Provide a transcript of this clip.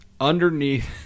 underneath